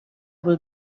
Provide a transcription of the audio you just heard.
will